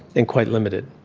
and quite limited.